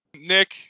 Nick